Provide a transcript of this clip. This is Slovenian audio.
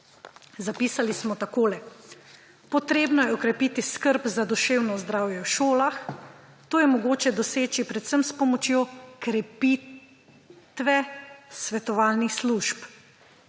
zapisali smo takole: »Potrebno je okrepiti skrb za duševno zdravje v šolah. To je mogoče doseči predvsem s pomočjo krepitve svetovalnih služb.